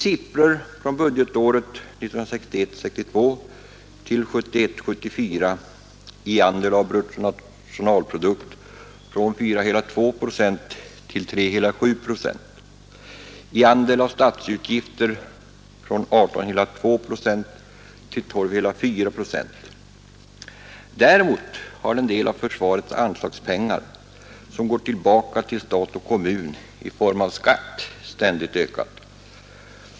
Andelen av bruttonationalprodukten har från 1961 72 minskat från 4,2 procent till 3,7 procent och andelen av statsutgifterna från 18,2 procent till 12,4 procent. Däremot har den delen av försvarets anslagspengar som går tillbaka till stat och kommun i form av skatt ständigt ökat.